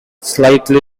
slightly